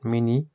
mini